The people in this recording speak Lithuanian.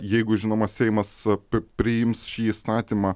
jeigu žinoma seimas pi priims šį įstatymą